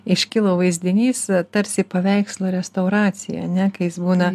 iškilo vaizdinys tarsi paveikslo restauracija ar ne kai jis būna